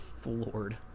floored